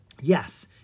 Yes